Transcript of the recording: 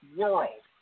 world